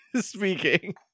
speaking